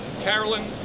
Carolyn